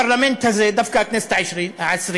הפרלמנט הזה, דווקא הכנסת ה-20,